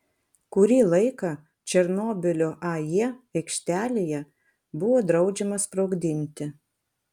kurį laiką černobylio ae aikštelėje buvo draudžiama sprogdinti